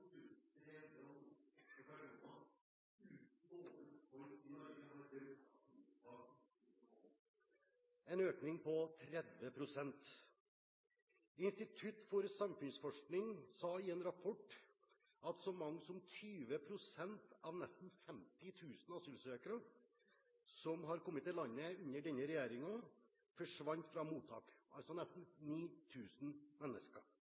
Institutt for samfunnsforskning sa i en rapport at så mange som 20 pst. av nesten 50 000 asylsøkere som har kommet til landet under denne regjeringen, forsvant fra mottak, altså nesten 9 000 mennesker.